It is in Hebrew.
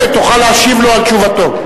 תוכל להשיב לו על תשובתו.